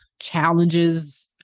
challenges